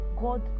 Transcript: God